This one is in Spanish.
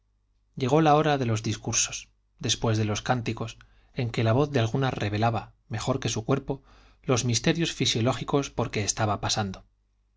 llegó la hora de los discursos después de los cánticos en que la voz de algunas revelaba mejor que su cuerpo los misterios fisiológicos por que estaban pasando